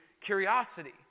curiosity